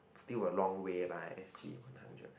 still a long way lah S_G one hundred